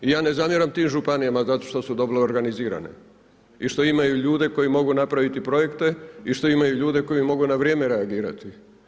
I ja ne zamjeram tim županijama zato što su dobro organizirane i što imaju ljude koji mogu napraviti projekte i što imaju ljude koji mogu na vrijeme reagirati.